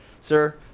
Sir